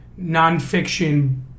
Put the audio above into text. nonfiction